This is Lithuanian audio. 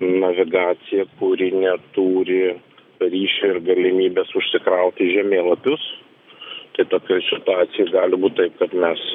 navigaciją kuri neturi ryšio ir galimybės užsikrauti žemėlapius tai tokioj situacijoj gali būt taip kad mes